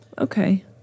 okay